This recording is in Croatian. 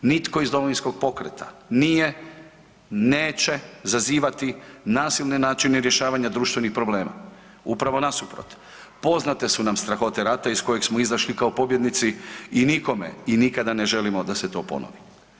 Nitko iz Domovinskog pokreta nije, neće zazivati nasilne načine rješavanja društvenih problema, upravo nasuprot, poznate su nam strahote rata iz kojeg smo izašli kao pobjednici i nikome i nikada ne želimo da se to ponovi.